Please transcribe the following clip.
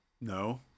No